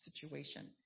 situation